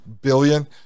billion